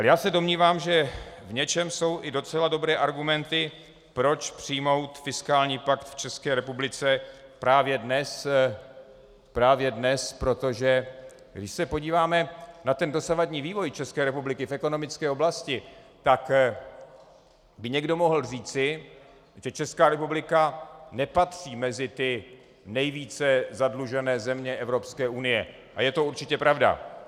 Já se domnívám, že v něčem jsou i docela dobré argumenty, proč přijmout fiskální pakt v České republice právě dnes, protože když se podíváme na dosavadní vývoj České republiky v ekonomické oblasti, tak by někdo mohl říci, že Česká republika nepatří mezi ty nejvíce zadlužené země Evropské unie, a je to určitě pravda.